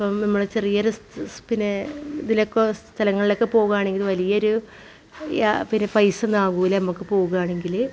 ഇപ്പം നമ്മൾ ചെറിയൊരു സ് സ് പിന്നെ ഇതിലൊക്കെ സ്ഥലങ്ങളിലൊക്കെ പോവുകയാണെങ്കിൽ വലിയൊരു യ പിന്നെ പൈസ ഒന്നും ആവില്ല നമുക്ക് പോവുകയാണെങ്കിൽ